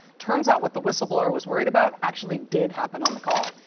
turns out what the whistleblower was worried about actually did happen on the call,